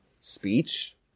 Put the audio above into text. speech